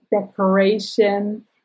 decoration